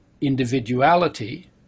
individuality